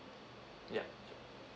yup